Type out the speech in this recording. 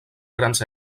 grans